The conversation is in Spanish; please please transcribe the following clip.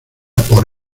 por